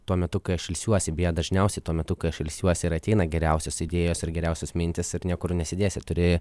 tuo metu kai aš ilsiuosi beje dažniausiai tuo metu kai aš ilsiuosi ir ateina geriausios idėjos ir geriausios mintys ir niekur nesidėsi turi